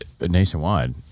nationwide